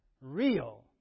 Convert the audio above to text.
real